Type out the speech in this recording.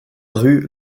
rue